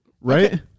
Right